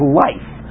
life